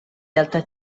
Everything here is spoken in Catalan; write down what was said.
delta